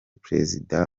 president